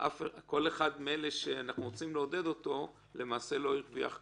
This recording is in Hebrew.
כל אחד מאלה שאנחנו רוצים לעודד למעשה לא הרוויח כלום,